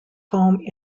home